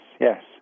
yes